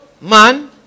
man